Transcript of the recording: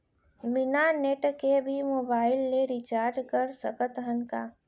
बिना नेट के भी मोबाइल ले रिचार्ज कर सकत हन का?